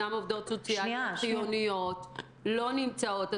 אותן עובדות סוציאליות חיוניות לא נמצאות.